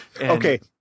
Okay